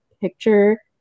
picture